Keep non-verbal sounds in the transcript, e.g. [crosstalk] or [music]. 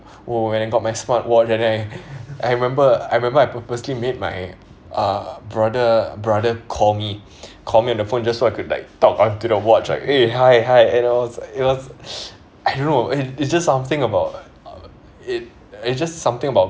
!whoa! when I got my smartwatch and I I remember I remember I purposely made my uh brother brother call me call me on the phone just so I could like talk onto the watch like eh hi hi it was it was [breath] I don't know it's just something about it it's just something about